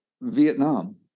Vietnam